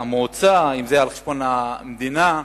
המועצה, אם זה על-חשבון המדינה,